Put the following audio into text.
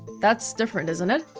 that's different, isn't it?